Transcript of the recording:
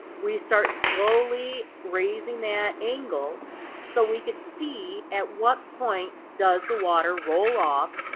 we start slowly raising that angle so we could see at what point does the water roll off,